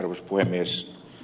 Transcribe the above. arvoisa puhemies